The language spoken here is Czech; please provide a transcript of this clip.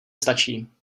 stačí